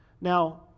Now